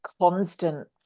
constant